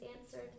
answered